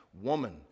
woman